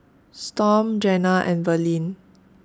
Storm Jena and Verlene